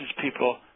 people